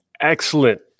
excellent